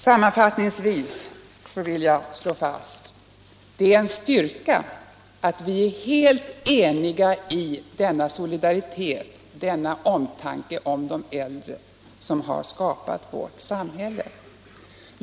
Sammanfattningsvis vill jag slå fast att det är en styrka att vi är helt eniga i denna solidaritet, i denna omtanke om de äldre som skapat vårt samhälle.